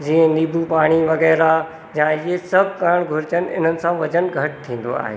जीअं नीबू पाणी वगै़रह या इहे सभ करणु घुरिजनि इननि सां वज़न घटि थींदो आहे